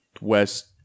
West